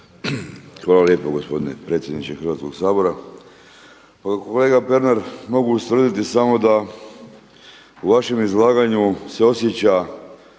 Hvala lijepo gospodine predsjedniče Hrvatskog sabora. Pa kolega Pernar mogu ustvrditi samo da u vašem izlaganju se osjeća